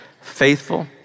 faithful